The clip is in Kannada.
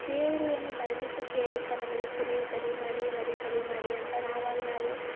ದೇವರು ಏನು ಬಾಯ್ಬಿಟ್ಟು ಕೇಳುತ್ತಾ ನಮಗೆ ಕುರಿ ಬಲಿ ಮಾಡಿ ಮರಿ ಬಲಿ ಮಾಡಿ ಅಂತ ನಾವಾಗಿ ನಾವೆ